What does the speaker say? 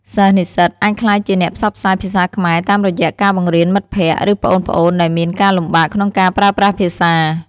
សិស្សនិស្សិតអាចក្លាយជាអ្នកផ្សព្វផ្សាយភាសាខ្មែរតាមរយៈការបង្រៀនមិត្តភក្តិ ឬប្អូនៗដែលមានការលំបាកក្នុងការប្រើប្រាស់ភាសា។